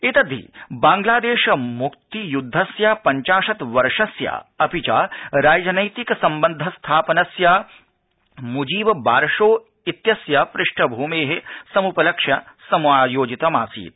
एतद्धि बांग्लादेशमुक्तियुद्धस्य पंचाशत् वर्षस्य अपि च राजनैतिकसम्बन्धस्थापनस्य मुजीव बारशो इत्यस्य पृष्ठभूमे समुपलक्ष्ये समायोजितमासीत्